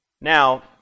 Now